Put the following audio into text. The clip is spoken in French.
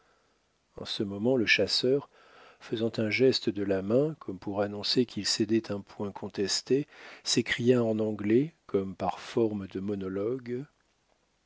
en ce moment le chasseur faisant un geste de la main comme pour annoncer qu'il cédait un point contesté s'écria en anglais comme par forme de monologue